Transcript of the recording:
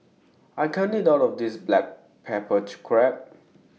I can't eat All of This Black Pepper Crab